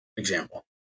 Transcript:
Example